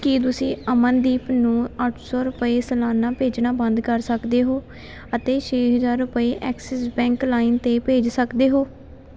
ਕੀ ਤੁਸੀਂ ਅਮਨਦੀਪ ਨੂੰ ਅੱਠ ਸੌ ਰੁਪਏ ਸਲਾਨਾ ਭੇਜਣਾ ਬੰਦ ਕਰ ਸਕਦੇ ਹੋ ਅਤੇ ਛੇ ਹਜ਼ਾਰ ਰੁਪਏ ਐਕਸਿਸ ਬੈਂਕ ਲਾਇਮ 'ਤੇ ਭੇਜ ਸਕਦੇ ਹੋ